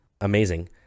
Amazing